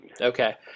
Okay